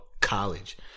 college